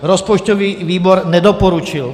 Rozpočtový výbor nedoporučil.